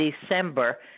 December